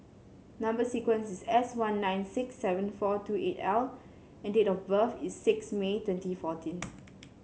number sequence is S one nine six seven four two eight L and date of birth is six May twenty fourteen